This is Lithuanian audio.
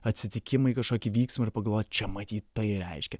atsitikimą į kažkokį vyksmą ir pagalvot čia matyt tai reiškia